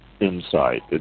insight